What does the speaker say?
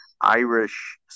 Irish